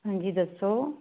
ਹਾਂਜੀ ਦੱਸੋ